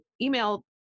email